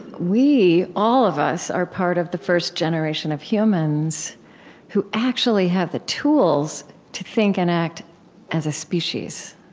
we, all of us, are part of the first generation of humans who actually have the tools to think and act as a species.